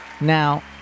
Now